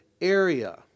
area